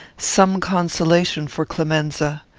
some consolation for clemenza.